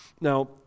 Now